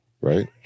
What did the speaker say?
right